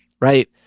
right